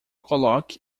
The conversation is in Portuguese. coloque